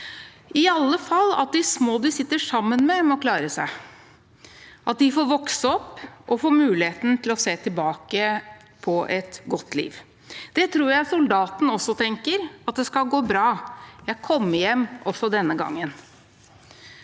i alle fall de små man sitter sammen med, må klare seg, at de får vokse opp og får muligheten til å se tilbake på et godt liv. Det tror jeg soldaten også tenker: Det skal gå bra – jeg kommer hjem også denne gangen.